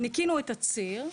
-- ניקינו את הציר,